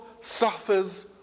suffers